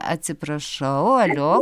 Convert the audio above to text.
atsiprašau alio